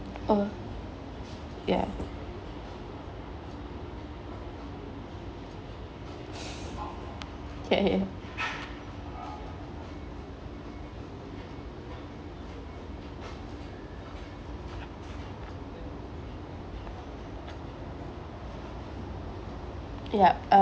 ya ya uh